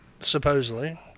supposedly